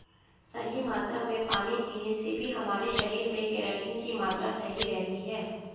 सही मात्रा में पानी पीने से भी हमारे शरीर में केराटिन की मात्रा सही रहती है